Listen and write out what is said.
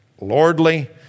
Lordly